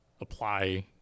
apply